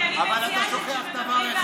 אבל אתה שוכח דבר אחד,